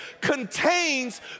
contains